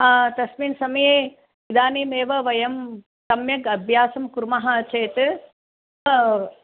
तस्मिन् समये इदानीमेव वयं सम्यक् अभ्यासं कुर्मः चेत्